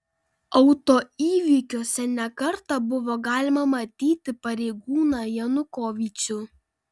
autoįvykiuose ne kartą buvo galima matyti pareigūną janukovyčių